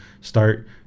start